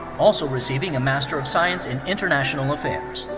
also receiving a master of science in international affairs.